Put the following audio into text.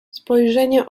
spojrzenia